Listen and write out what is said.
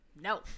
no